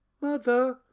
Mother